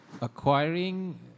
acquiring